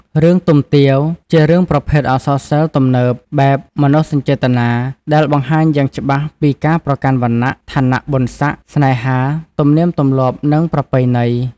រឿងទំទាវ ជារឿងប្រភេទអក្សរសិល្ប៍ទំនើប បែបមនោសញ្ជេតនា ដែលបង្ហាញយ៉ាងច្បាស់ពីការប្រកាន់វណ្ណះ ឋានះបុណ្យសក្តិ ស្នេហា ទំនៀមទម្លាប់និងប្រពៃណី។